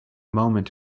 moment